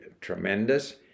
tremendous